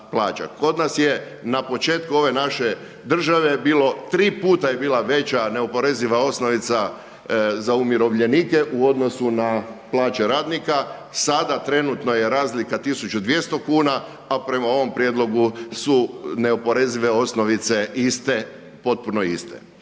Kod nas je na početku ove naše države bilo tri puta je bila veće neoporeziva osnovica za umirovljenike u odnosu na plaće radnika, sada trenutno je razlika 1200 kuna a prema ovom prijedlogu su neoporezive osnovice iste, potpuno iste.